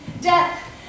death